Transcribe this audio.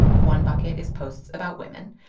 one bucket is posts about women.